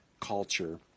culture